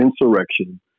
insurrection